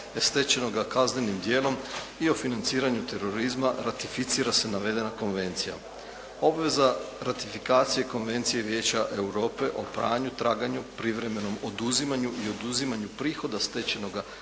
stečenoga kaznenim djelom i o financiranju terorizma ratificira se navedena konvencija. Obveza ratifikacije Konvencije Vijeća Europe o pranju, traganju, privremenom oduzimanju i oduzimanju prihoda stečenoga